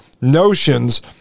notions